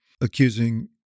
accusing